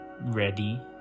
ready